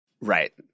right